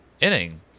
inning